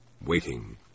waiting